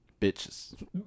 Bitches